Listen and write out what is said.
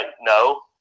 no